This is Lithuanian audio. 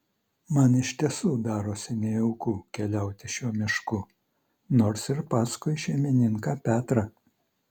man iš tiesų darosi nejauku keliauti šiuo mišku nors ir paskui šeimininką petrą